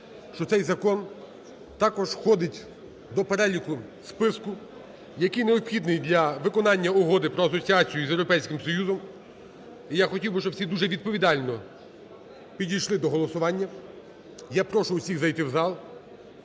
що цей закон також входить до переліку списку, який необхідний для виконання Угоди про асоціацію з Європейським Союзом. І я хотів би, щоб всі дуже відповідально підійшли до голосування. Я прошу всіх зайти в зал